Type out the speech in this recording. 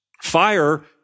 Fire